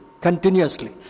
Continuously